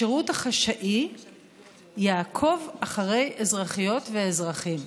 השירות החשאי יעקוב אחרי אזרחיות ואזרחים.